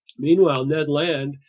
meanwhile ned land,